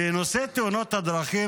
בנושא תאונות הדרכים,